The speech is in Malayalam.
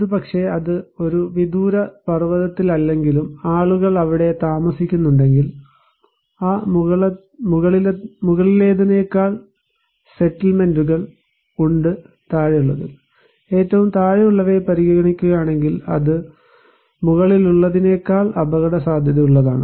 ഒരുപക്ഷേ അത് ഒരു വിദൂര പർവ്വതത്തിലല്ലെങ്കിലും ആളുകൾ അവിടെ താമസിക്കുന്നുണ്ടെങ്കിൽ ആ മുകളിലേതിനേക്കാൾ സെറ്റിൽമെൻറുകൾ ഉണ്ട് ഏറ്റവും താഴെയുള്ളവയെ പരിഗണിക്കുകയാണെങ്കിൽ അത് മുകളിലുള്ളതിനേക്കാൾ അപകടസാധ്യതയുള്ളതാണ്